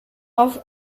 auf